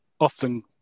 often